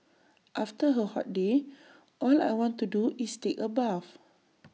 after A hot day all I want to do is take A bath